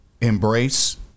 Embrace